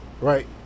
right